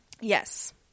yes